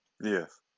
Yes